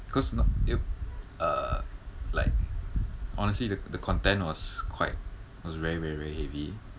because know you uh like honestly the the content was quite was very very very heavy